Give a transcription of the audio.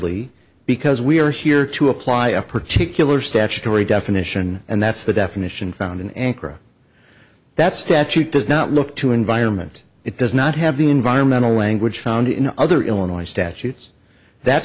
advisedly because we are here to apply a particular statutory definition and that's the definition found in ankara that statute does not look to environment it does not have the environmental language found in other illinois statutes that